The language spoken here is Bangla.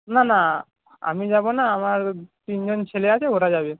না না আমি যাব না আমার তিনজন ছেলে আছে ওরা যাবে